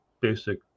basic